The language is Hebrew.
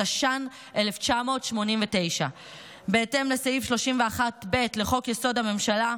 התש"ן 1989. בהתאם לסעיף 31(ב) לחוק-יסוד: הממשלה,